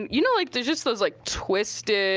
you know like there's just those like twisted